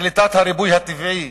לקליטת הריבוי הטבעי